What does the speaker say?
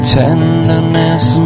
tenderness